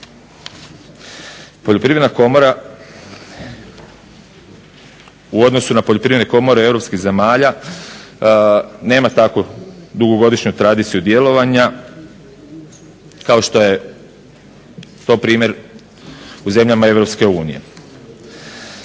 Poljoprivredna komora u odnosu na poljoprivredne komore europskih zemalja nema takvu dugogodišnju tradiciju djelovanja kao što je to primjer u zemljama